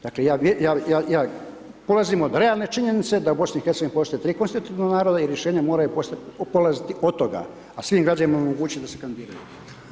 Dakle, ja polazim od realne činjenice da u BiH postoje tri konstitutivna naroda i rješenja moraju polaziti od toga, a svim građanima omogućit da se kandidiraju.